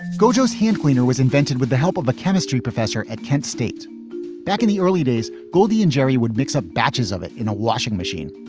go just hand cleaner was invented with the help of a chemistry professor at kent state back in the early days, goldie and jerry would mix up batches of it in a washing machine.